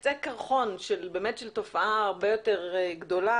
קצה קרחון של תופעה הרבה יותר גדולה